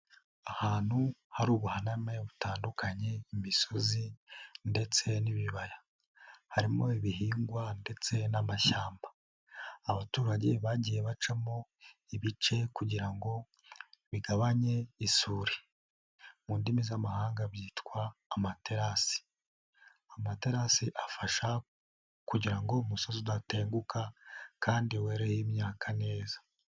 Ahantu hari ubuhaname butandukanye, imisozi ndetse n'ibibaya, harimo ibihingwa ndetse n'amashyamba. Abaturage bagiye bacamo ibice kugira ngo bigabanye isuri mu ndimi z'amahanga byitwa amaterasi. Amaterasi afasha kugira umusozi udatenguka, kandi wereho imyaka neza.